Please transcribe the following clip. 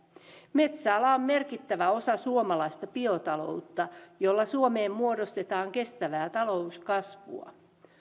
metsäala on merkittävä osa suomalaista biotaloutta jolla suomeen muodostetaan kestävää talouskasvua